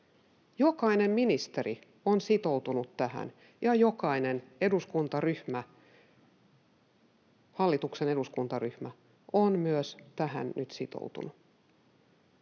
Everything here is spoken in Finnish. Jokainen ministeri on sitoutunut tähän, ja myös jokainen eduskuntaryhmä, hallituksen eduskuntaryhmä, on tähän nyt sitoutunut.